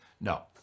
No